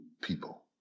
people